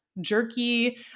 Jerky